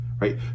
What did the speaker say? right